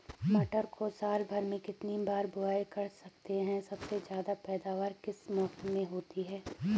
मटर को साल भर में कितनी बार बुआई कर सकते हैं सबसे ज़्यादा पैदावार किस मौसम में होती है?